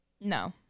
No